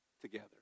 together